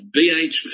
BHP